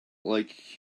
like